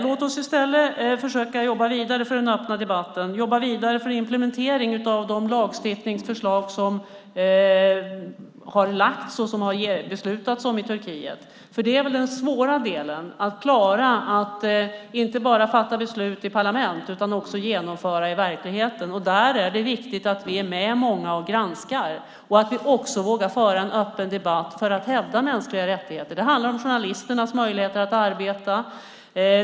Låt oss i stället försöka jobba vidare för den öppna debatten och jobba vidare för implementering av de lagstiftningsförslag som har lagts fram och beslutats om i Turkiet. Det är väl den svåra delen, att klara att inte bara fatta beslut i parlament utan också genomföra dem i verkligheten. Där är det viktigt att vi är många som är med och granskar och vågar föra en öppen debatt för att hävda mänskliga rättigheter. Det handlar om journalisternas möjligheter att arbeta.